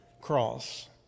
cross